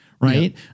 Right